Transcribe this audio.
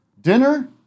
Dinner